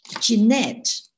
Jeanette